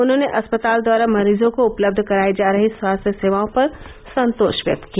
उन्होंने अस्पताल द्वारा मरोजों को उपलब्ध करायी जा रही स्वास्थ्य सेवाओं पर संतोष व्यक्त किया